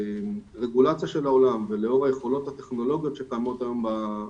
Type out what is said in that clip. הרגולציה של העולם ולאור היכולות הטכנולוגיות שקיימות היום גם